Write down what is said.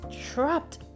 trapped